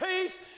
peace